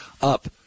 up